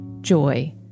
joy